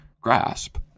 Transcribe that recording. grasp